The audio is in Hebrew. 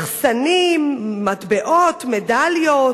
מחסנים, מטבעות, מדליות,